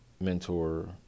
mentor